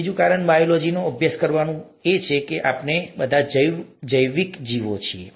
બીજું કારણ બાયોલોજીનો અભ્યાસ કરવાનું કારણ એ છે કે આપણે બધા જૈવિક જીવો છીએ